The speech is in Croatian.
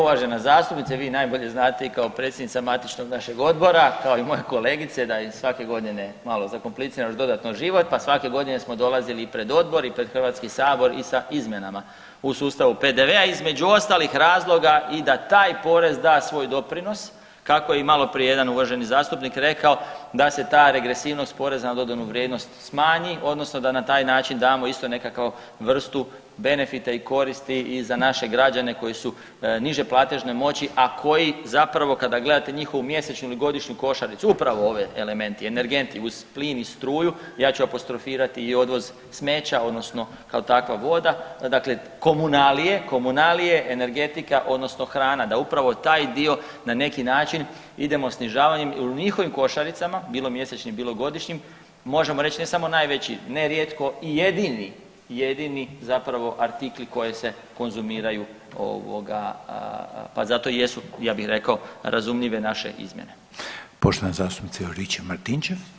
uvažena zastupnice, vi najbolje znate i kao predsjednica matičnog našeg odbora, kao i moja kolegice da im i svake godine malo zakompliciramo još dodatno život pa svake godine smo dolazili i pred odbor i pred Hrvatski sabor i sa izmjenama u sustavu PDV-a između ostalih razloga i da taj porez da svoj doprinos kako je i maloprije jedan uvaženi zastupnik rekao, da se ta regresivnost poreza na dodanu vrijednost smanji odnosno da na taj način damo isto nekakvu vrstu benefita i koristi i za naše građane koji su niže platežne moći, a koji zapravo kada gledate njihovu mjesečnu ili godišnju košaricu, upravo ovi elementi energenti uz plin i struju, ja ću apostrofirati i odvoz smeća odnosno kao takva voda, dakle komunalije, komunalije, energetika odnosno hrana, da upravo taj dio na neki način idemo snižavanjem jer u njihovim košaricama bilo mjesečnim, bilo godišnjim možemo reći ne samo najveći, nerijetko i jedini, jedini zapravo artikli koje se konzumiraju ovoga pa zato i jesu ja bih rekao razumljive naše izmjene.